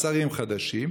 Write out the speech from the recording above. שרים חדשים.